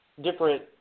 different